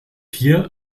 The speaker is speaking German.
hier